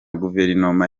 guverinoma